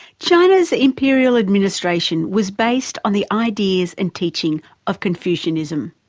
china's imperial administration was based on the ideas and teachings of confucianism.